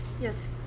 Yes